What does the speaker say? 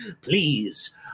Please